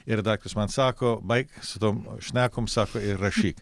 ir redaktorius man sako baik su tom šnekom sako ir rašyk